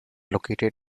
located